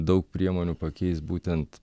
daug priemonių pakeis būtent